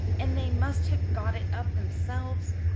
and they must have got it up themselves.